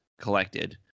collected